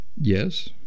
Yes